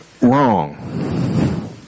wrong